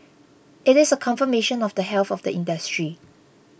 it is a confirmation of the health of the industry